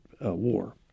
war